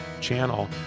channel